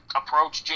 approach